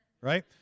Right